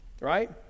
right